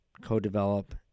co-develop